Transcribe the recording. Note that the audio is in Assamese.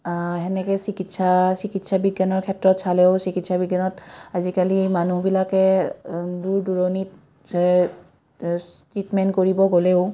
তেনেকৈ চিকিৎসা চিকিৎসা বিজ্ঞানৰ ক্ষেত্ৰত চালেও চিকিৎসা বিজ্ঞানত আজিকালি মানুহবিলাকে দূৰ দূৰণিত ট্ৰিটমেণ্ট কৰিব গ'লেও